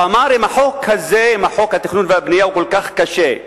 הוא אמר, אם חוק התכנון והבנייה הוא כל כך קשה,